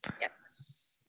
Yes